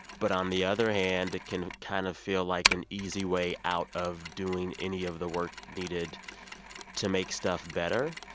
but on the other hand, it can kind of feel like an easy way out of doing any of the work needed to make stuff better.